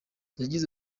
yagize